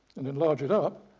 and enlarge it up